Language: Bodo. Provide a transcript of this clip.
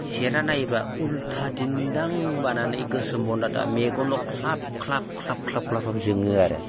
सेरना नायोबा उल्था दिन्दां बानानै गोसोम बन्दादा मेगनाबो ख्लाब ख्लाब ख्लाब ख्लाब जोङो आरो